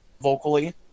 vocally